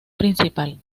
principal